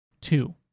Two